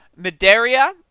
Medaria